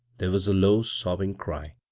there was a low, sobbing cry.